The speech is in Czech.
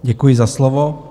Děkuji za slovo.